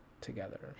together